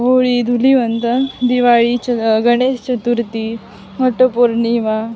होळी धूलिवंदन दिवाळी च गणेश चतुर्थी वटपौर्णिमा